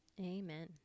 Amen